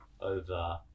over